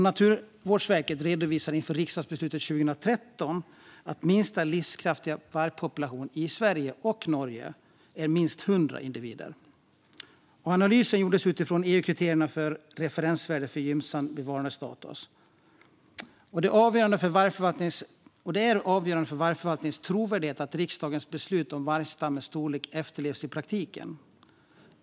Naturvårdsverket redovisade inför riksdagsbeslutet 2013 att minsta livskraftiga vargpopulation i Sverige och Norge är minst 100 individer. Analysen gjordes utifrån EU-kriterierna för referensvärdet för gynnsam bevarandestatus. Det är avgörande för vargförvaltningens trovärdighet att riksdagens beslut om vargstammens storlek efterlevs i praktiken.